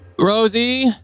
Rosie